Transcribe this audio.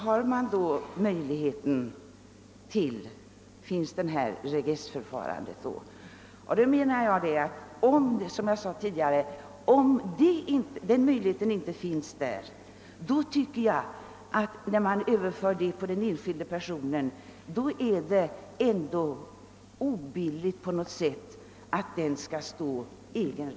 Har riksbanken då regressrätt? Om den har det tycker jag att det är något obilligt att den enskilde personen själv måste stå risken.